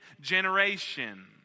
generation